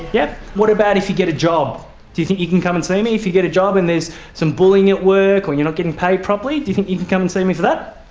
yeah what about if you get a job? do you think you can come and see me if you get a job and there's some bullying at work or you're not getting paid properly, do you think you can come and see for that?